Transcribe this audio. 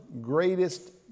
greatest